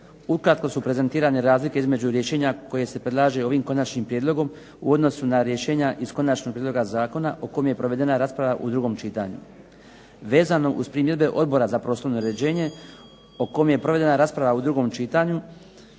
Ukratko su prezentirane između rješenja koje se predlaže ovim Konačnim prijedlogom u odnosu na rješenja iz Konačnog prijedloga zakona o kom je provedena rasprava u drugom čitanju. Vezano uz primjedbe Odbora za prostorno uređenje o kom je provedena rasprava u drugom čitanju,